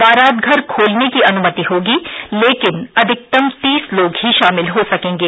बारात घर खोलने की अनुमति होगी लेकिन अधिकतम तीस लोग ही शामिल हो सकेंगे